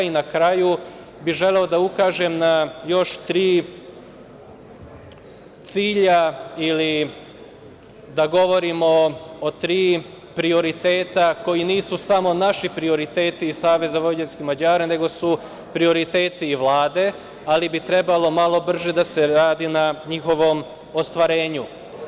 Na kraju bih želeo da ukažem na još tri cilja ili da govorim o tri prioriteta koji nisu samo naši prioriteti iz SVM, nego su prioriteti i Vlade, ali bi trebalo malo brže da se radi na njihovom ostvarenju.